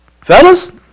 Fellas